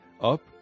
Up